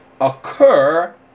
occur